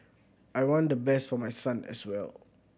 I want the best for my son as well